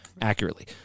accurately